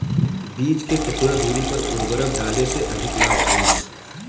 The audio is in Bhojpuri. बीज के केतना दूरी पर उर्वरक डाले से अधिक लाभ होई?